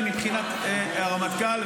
כי מבחינת הרמטכ"ל,